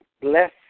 bless